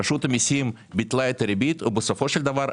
רשות המיסים ביטלה את הריבית, ובסופו של דבר,